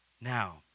now